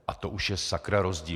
A to už je sakra rozdíl!